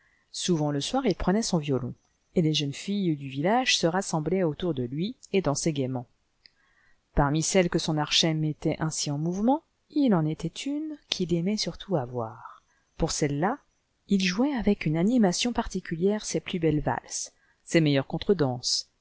souvent le soir il prenait son violon et les jeunes filles du village se rassemblaient autour de lui et dansaient gaiement parmi celles que son archet mettait ainsi en mouvement il en était une qu'il aimait surtout à voir pour celle-là il jouait avec une animation particulière ses plus belles valses ses meilleures